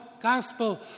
gospel